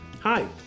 Hi